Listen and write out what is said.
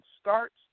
starts